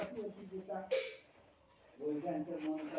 छोटे खेतिहर दूसरा झनार खेतत काम कर छेक